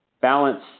balance